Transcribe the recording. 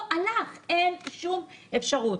הלך, אין שום אפשרות.